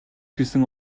гэсэн